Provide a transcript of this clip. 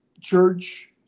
church